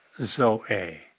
zoe